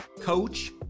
coach